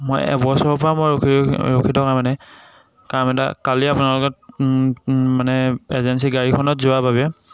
মই এবছৰৰ পৰা মই ৰখি ৰখি ৰখি থকা মানে কাম এটা কালি আপোনালোকৰ মানে এজেঞ্চীৰ গাড়ীখনত যোৱা বাবে